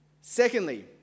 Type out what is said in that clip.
Secondly